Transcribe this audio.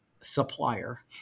supplier